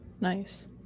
Nice